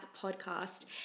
podcast